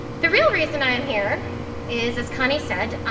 the real reason i am here is, as connie said,